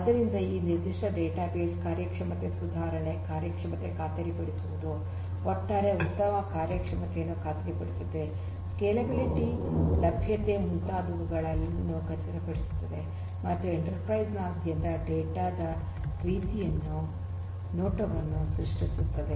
ಆದ್ದರಿಂದ ಈ ನಿರ್ದಿಷ್ಟ ಡೇಟಾಬೇಸ್ ಕಾರ್ಯಕ್ಷಮತೆ ಸುಧಾರಣೆ ಕಾರ್ಯಕ್ಷಮತೆ ಖಾತರಿಪಡಿಸುವುದು ಒಟ್ಟಾರೆ ಉತ್ತಮ ಕಾರ್ಯಕ್ಷಮತೆಯನ್ನು ಖಾತ್ರಿಪಡಿಸುತ್ತದೆ ಸ್ಕೇಲೆಬಿಲಿಟಿ ಲಭ್ಯತೆ ಮತ್ತು ಮುಂತಾದವುಗಳನ್ನು ಖಚಿತಪಡಿಸುತ್ತದೆ ಮತ್ತು ಎಂಟರ್ಪ್ರೈಸ್ ನಾದ್ಯಂತ ಡೇಟಾ ದ ರೀತಿಯ ನೋಟವನ್ನು ಸೃಷ್ಟಿಸುತ್ತದೆ